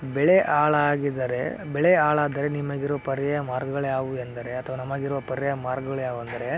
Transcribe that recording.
ಬೆಳೆ ಹಾಳಾಗಿದರೆ ಬೆಳೆ ಹಾಳಾದರೆ ನಿಮಗಿರೊ ಪರ್ಯಾಯ ಮಾರ್ಗಗಳ್ಯಾವುವು ಎಂದರೆ ಅಥವಾ ನಮಗಿರುವ ಪರ್ಯಾಯ ಮಾರ್ಗಗಳುಯಾವೆಂದರೆ